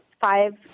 five